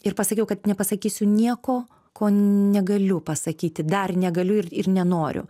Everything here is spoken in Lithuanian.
ir pasakiau kad nepasakysiu nieko ko negaliu pasakyti dar negaliu ir ir nenoriu